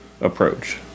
approach